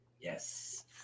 Yes